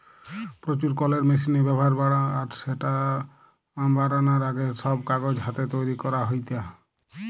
প্রচুর কলের মেশিনের ব্যাভার বাড়া আর স্যাটা বারানার আগে, সব কাগজ হাতে তৈরি করা হেইতা